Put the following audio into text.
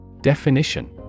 Definition